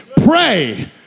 Pray